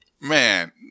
man